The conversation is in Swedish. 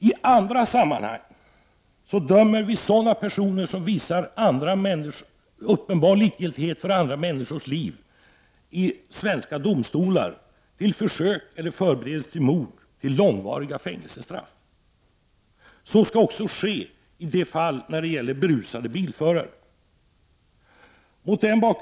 I andra sammanhang dömer vi i svenska domstolar personer som visar uppenbar likgiltighet för andra människors liv till långvariga fängelsestraff för försök eller förberedelse till mord. Så skall också ske när det gäller berusade bilförare. Herr talman!